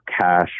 cash